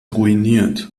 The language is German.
ruiniert